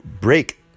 break